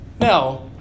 Now